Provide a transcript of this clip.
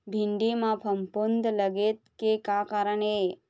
भिंडी म फफूंद लगे के का कारण ये?